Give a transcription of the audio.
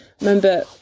remember